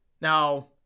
Now